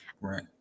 right